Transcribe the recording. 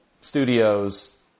studios